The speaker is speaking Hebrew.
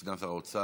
סגן שר האוצר